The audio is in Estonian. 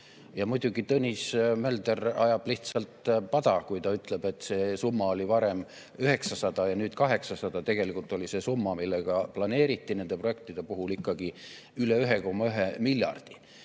Ja muidugi Tõnis Mölder ajab lihtsalt pada, kui ta ütleb, et see summa oli varem 900 ja nüüd on 800 [miljonit]. Tegelikult oli see summa, mida planeeriti nende projektide puhul, ikkagi üle 1,1 miljardi.